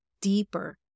deeper